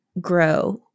grow